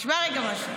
תשמע רגע משהו.